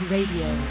Radio